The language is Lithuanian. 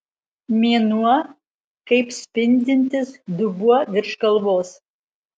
mėnuo kaip spindintis dubuo virš galvos